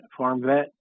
FarmVet